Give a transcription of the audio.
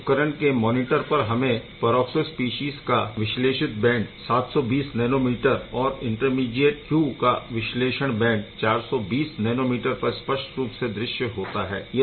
इस उपकरण के मौनिटर पर हमें परऑक्सो स्पीशीज़ का विश्लेषित बैंड 720 नैनोमीटर और इंटरमीडीएट Q का विश्लेषित बैंड 420 नैनोमीटर पर स्पष्ट रूप से दृश्य होता है